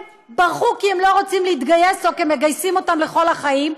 שברחו כי הם לא רצו להתגייס או כי מגייסים אותם לכל החיים.